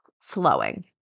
flowing